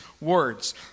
words